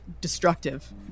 destructive